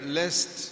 lest